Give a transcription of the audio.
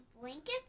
blankets